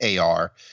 AR